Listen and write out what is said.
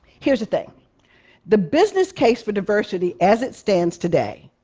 here's the thing the business case for diversity, as it stands today,